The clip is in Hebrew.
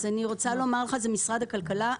אז אני רוצה לומר לך זה משרד הכלכלה.